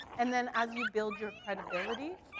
and then as you build your credibility,